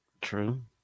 True